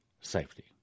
safety